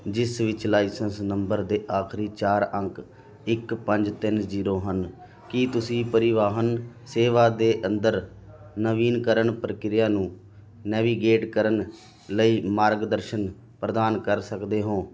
ਜਿਸ ਵਿੱਚ licence number ਦੇ ਆਖਰੀ ਚਾਰ ਅੰਕ ਇੱਕ ਪੰਜ ਤਿੰਨ ਜੀਰੋ ਹਨ ਕੀ ਤੁਸੀਂ ਪਰਿਵਾਹਨ ਸੇਵਾ ਦੇ ਅੰਦਰ ਨਵੀਨੀਕਰਨ ਪ੍ਰਕਿਰਿਆ ਨੂੰ ਨੈਵੀਗੇਟ ਕਰਨ ਲਈ ਮਾਰਗਦਰਸ਼ਨ ਪ੍ਰਦਾਨ ਕਰ ਸਕਦੇ ਹੋ